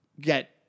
get